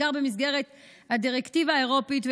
בעיקר במסגרת הדירקטיבה האירופית,